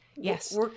Yes